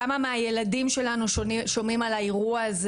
כמה מהילדים שלנו שומעים על האירוע הזה,